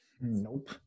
nope